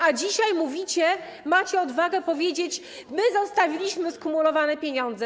A dzisiaj mówicie, macie odwagę powiedzieć: My zostawiliśmy skumulowane pieniądze.